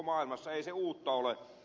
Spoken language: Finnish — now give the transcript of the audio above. ei se uutta ole